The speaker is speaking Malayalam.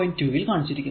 2 ൽ കാണിച്ചിരിക്കുന്നത്